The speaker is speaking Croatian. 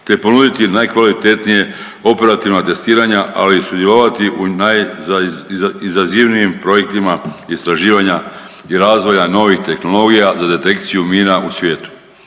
te ponuditi najkvalitetnije operativna testiranja, ali i sudjelovati u najizazivnijim projektima istraživanja i razvoja novih tehnologija za detekciju mina u svijetu.